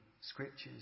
scriptures